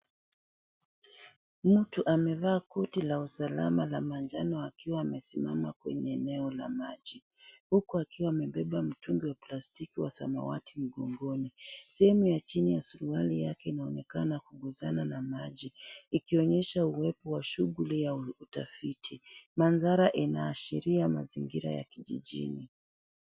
Mtu amevaa koti la usalama la manjano akiwa amesimama kwenye eneo la maji, huku akiwa amebeba mtundu wa plastiki wa samawati mgongoni. Sehemu ya chini ya suruali yake inaonekana kugusana na maji, ikionyesha uwepo wa shughuli ya utafiti. Mandhari inaashiria mazingira ya kijijini.